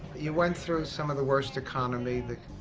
you went through some of the worst economy that,